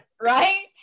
right